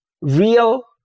real